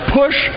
push